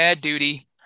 duty